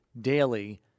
daily